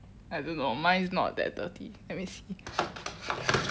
I don't know mine is not that dirty let me see